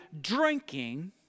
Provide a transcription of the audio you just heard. drinking